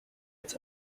its